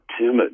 timid